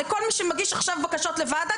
תיתנו לכל מי שמגיש עכשיו בקשות לוועדה,